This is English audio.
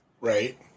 Right